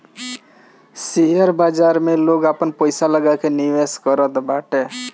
share बाजार में लोग आपन पईसा लगा के निवेश करत बाटे